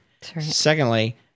Secondly